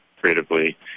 creatively